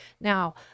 Now